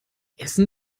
essen